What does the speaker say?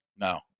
No